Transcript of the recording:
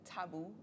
taboo